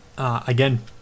Again